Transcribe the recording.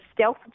stealth